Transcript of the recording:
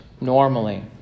normally